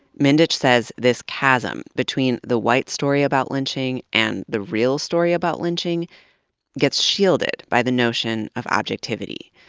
mindich says this chasm between the white story about lynching, and the real story about lynching gets shielded by the notion of objectivity.